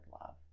love